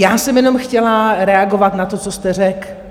Já jsem jenom chtěla reagovat na to, co jste řekl.